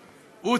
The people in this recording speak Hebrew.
גדולה,